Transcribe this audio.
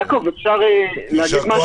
יעקב, אפשר להגיד משהו?